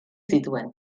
zituen